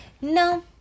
no